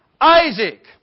Isaac